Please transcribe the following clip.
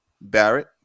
Barrett